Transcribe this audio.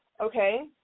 okay